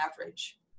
average